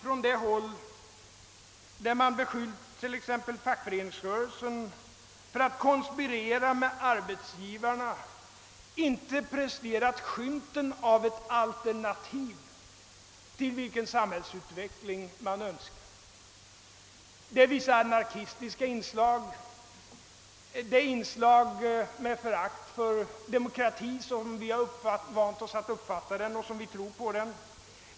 Från det håll där man t.ex. beskyllt fackföreningsrörelsen för att konspirera med arbetsgivarna har man hittills inte presterat skymten av ett alternativ och sagt vilken samhällsutveckling man önskar. Vi ser hos de grupperna vissa anarkistiska inslag med förakt för demokratin sådan vi har vant oss att uppfatta den och sådan som vi tror på den.